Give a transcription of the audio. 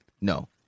no